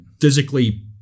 physically